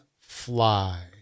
fly